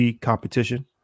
competition